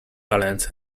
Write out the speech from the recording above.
talents